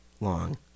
long